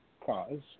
cause